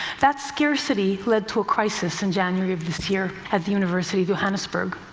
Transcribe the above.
that scarcity led to a crisis in january of this year at the university of johannesburg.